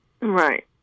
Right